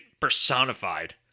personified